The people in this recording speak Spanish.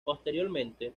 posteriormente